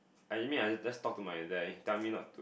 I mean I just talk to my dad then he tell me not to